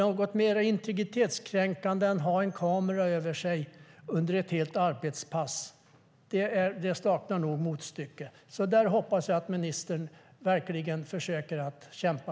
Något mer integritetskränkande än att ha en kamera över sig under ett helt arbetspass får nog sägas sakna motstycke. Mot det hoppas jag att ministern verkligen försöker att kämpa.